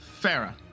Farah